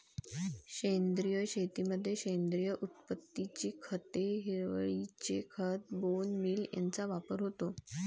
सेंद्रिय शेतीमध्ये सेंद्रिय उत्पत्तीची खते, हिरवळीचे खत, बोन मील यांचा वापर होतो